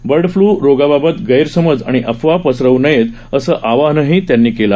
bird flu रोगाबाबत गैरसमज आणि अफवा पसरवू नयेत असं आवाहनही त्यांनी केलं